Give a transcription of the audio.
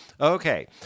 Okay